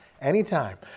Anytime